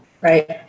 Right